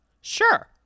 sure